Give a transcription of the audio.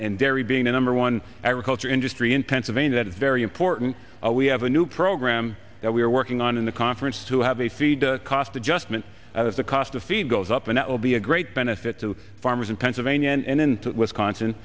and dairy being the number one agriculture industry in pennsylvania that is very important we have a new program that we are working on in the conference to have a feed cost adjustment that is the cost of feed goes up and that will be a great benefit to farmers in pennsylvania and in wisconsin